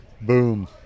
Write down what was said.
boom